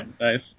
Nice